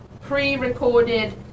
pre-recorded